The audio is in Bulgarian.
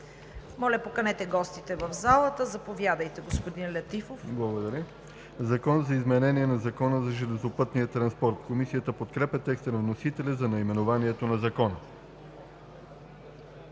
Моля, поканете гостите в залата. Заповядайте, господин Летифов. ДОКЛАДЧИК ХАЛИЛ ЛЕТИФОВ: Благодаря Ви. „Закон за изменение на Закона за железопътния транспорт“. Комисията подкрепя текста на вносителя за наименованието на Закона.